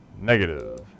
negative